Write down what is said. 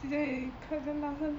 谁叫你 clap 这样大声